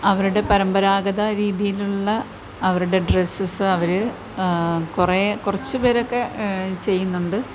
അവരുടെ പരമ്പരാഗത രീതിയിലുള്ള അവരുടെ ഡ്രെസ്സസ് അവർ കുറെ കുറച്ച് പേരൊക്കെ ചെയ്യുന്നുണ്ട്